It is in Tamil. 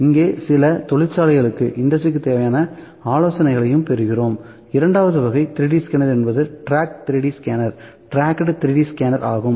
இங்கே சில தொழிற்சாலைகளுக்கு தேவையான ஆலோசனைகளையும் பெறுகிறோம் 2 வது வகை 3D ஸ்கேனர் என்பது டிராக் 3D ஸ்கேனர் ஆகும்